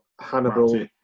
Hannibal